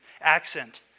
accent